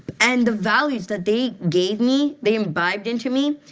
and the values that they gave me, they imbibed into me.